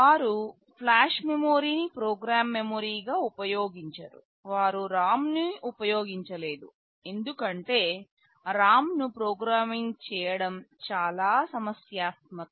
వారు ఫ్లాష్ మెమరీని ప్రోగ్రామ్ మెమరీగా ఉపయోగించారు వారు ROM ని ఉపయోగించలేదు ఎందుకంటే ROM ను ప్రోగ్రామింగ్ చేయడం చాలా సమస్యాత్మకం